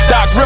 Doc